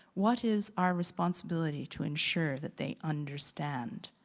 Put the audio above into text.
what is our responsibility to ensure that they understand?